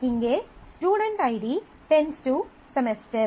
இங்கே student ID → semester